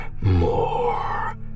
More